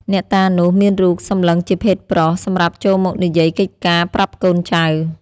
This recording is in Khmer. អ្នកតានោះ មានរូបសម្លឹងជាភេទប្រុស សម្រាប់ចូលមកនិយាយកិច្ចការប្រាប់កូនចៅ ។